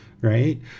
right